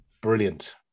brilliant